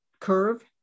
curve